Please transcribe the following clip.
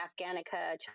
afghanica